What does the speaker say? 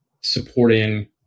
supporting